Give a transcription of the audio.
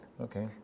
Okay